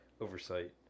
oversight